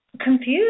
confused